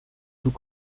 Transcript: tous